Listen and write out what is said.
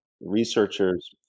researchers